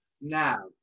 Now